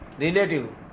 Relative